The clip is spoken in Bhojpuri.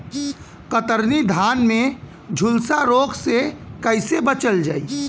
कतरनी धान में झुलसा रोग से कइसे बचल जाई?